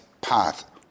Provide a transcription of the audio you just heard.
path